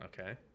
Okay